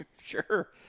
Sure